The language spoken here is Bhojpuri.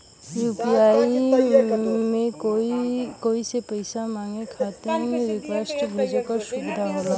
यू.पी.आई में कोई से पइसा मंगवाये खातिर रिक्वेस्ट भेजे क सुविधा होला